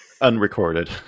unrecorded